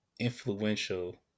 influential